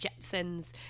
jetsons